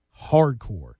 hardcore